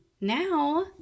Now